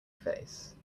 face